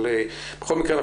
בכל מקרה,